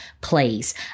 please